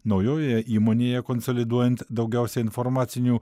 naujojoje įmonėje konsoliduojant daugiausiai informacinių